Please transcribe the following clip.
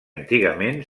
antigament